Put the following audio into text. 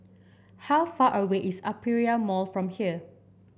how far away is Aperia Mall from here